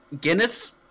Guinness